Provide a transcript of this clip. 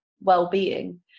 well-being